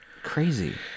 crazy